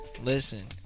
listen